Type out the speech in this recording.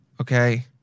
Okay